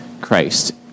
Christ